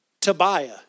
Tobiah